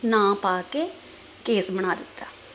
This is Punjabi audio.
ਨਾਮ ਪਾ ਕੇ ਕੇਸ ਬਣਾ ਦਿੱਤਾ